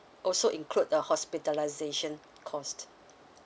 also include the hospitalization cost